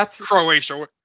Croatia